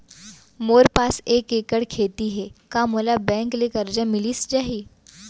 मोर पास एक एक्कड़ खेती हे का मोला बैंक ले करजा मिलिस जाही?